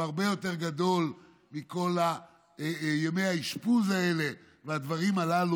הוא הרבה יותר קטן מכל ימי האשפוז האלה והדברים הללו.